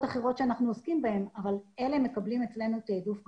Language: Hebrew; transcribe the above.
אחרות שאנחנו עוסקים בהן אבל אלה מקבלים אצלנו תעדוף גבוה.